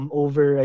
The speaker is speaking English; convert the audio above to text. over